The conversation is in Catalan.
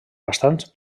bastants